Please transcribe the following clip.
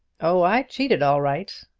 oh, i cheated all right!